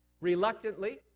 Reluctantly